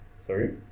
Sorry